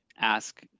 ask